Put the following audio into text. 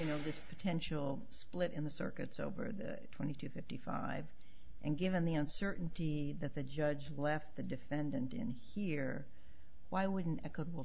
you know this potential split in the circuits over the twenty two fifty five and given the uncertainty that the judge left the defendant in here why would an equitable